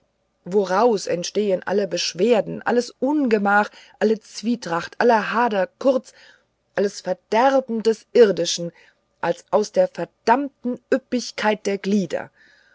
woraus entsteht alle beschwerde alles ungemach alle zwietracht aller hader kurz alles verderben des irdischen als aus der verdammten üppigkeit der glieder